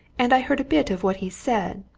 and i heard a bit of what he said,